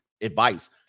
advice